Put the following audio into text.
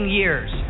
years